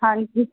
ਹਾਂਜੀ